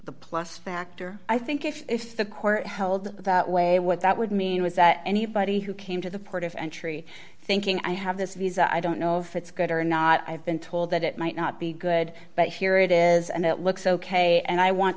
the plus factor i think if the court held that way what that would mean was that anybody who came to the port of entry thinking i have this visa i don't know if it's good or not i've been told that it might not be good but here it is and it looks ok and i want